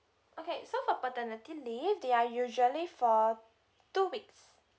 okay so for paternity leave they are usually for two weeks